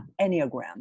enneagram